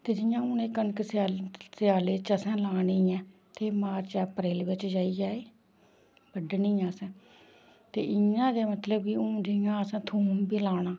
ते जियां हून एह् कनक स्या स्यालें च अस लानी ऐ ते मार्च अप्रैल बिच्च जाइयै बड्डनी ऐ असें ते इ'यां गै मतलब कि हून जियां अस थोम बी लाना